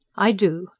i do.